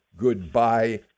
goodbye